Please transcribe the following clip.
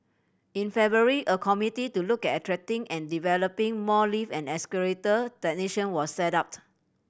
in February a committee to look at attracting and developing more lift and escalator technician was set up